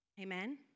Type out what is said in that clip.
Amen